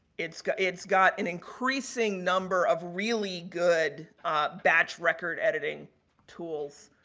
it's got it's got an increasing number of really good batch record editing tools.